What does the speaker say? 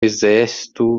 exército